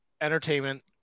entertainment